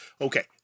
okay